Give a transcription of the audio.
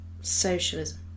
socialism